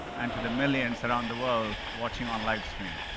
and to the millions around the world watching on livestream.